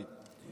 (אומר ערבית: